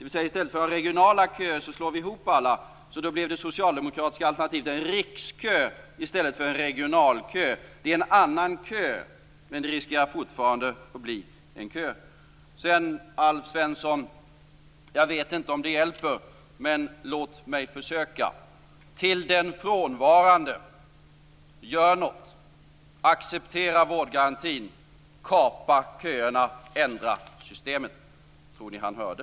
I stället för att ha regionala köer skulle vi slå ihop alla, så då blev det socialdemokratiska alternativet en rikskö i stället för en regionalkö. Det är en annan kö, men risken finns fortfarande att det är en kö. Alf Svensson! Jag vet inte om det hjälper, men låt mig försöka. Till den frånvarande: Gör något! Acceptera vårdgarantin! Kapa köerna! Ändra systemet! Tror ni han hörde?